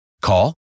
Call